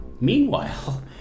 meanwhile